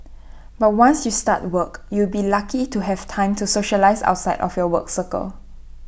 but once you start work you'll be lucky to have time to socialise outside of your work circle